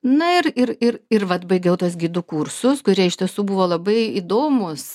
na ir ir ir ir vat baigiau tuos gidų kursus kurie iš tiesų buvo labai įdomūs